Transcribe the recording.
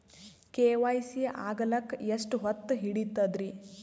KYC ಆಗಲಕ್ಕ ಎಷ್ಟ ಹೊತ್ತ ಹಿಡತದ್ರಿ?